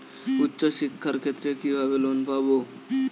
উচ্চশিক্ষার ক্ষেত্রে কিভাবে লোন পাব?